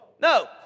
No